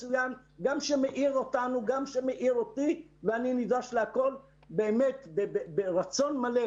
זה דיון מצוין שגם מאיר אותנו וגם אותי ואני נדרש לכל באמת ברצון מלא,